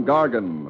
Gargan